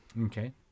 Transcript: Okay